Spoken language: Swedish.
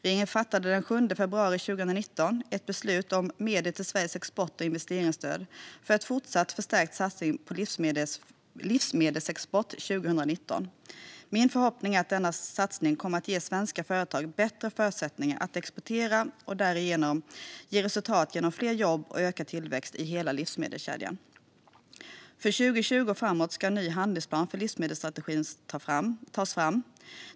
Regeringen fattade den 7 februari 2019 ett beslut om medel till Sveriges export och investeringsstöd för en fortsatt förstärkt satsning på svensk livsmedelsexport 2019. Min förhoppning är att denna satsning kommer att ge svenska företag bättre förutsättningar att exportera och därigenom ge resultat genom fler jobb och ökad tillväxt i hela livsmedelskedjan. För 2020 och framåt ska en ny handlingsplan för livsmedelsstrategin tas fram.